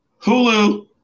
Hulu